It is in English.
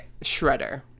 Shredder